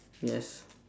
yes